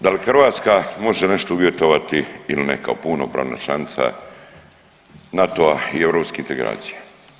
Da li Hrvatska može nešto uvjetovati ili ne kao punopravna članica NATO-a i europske integracije?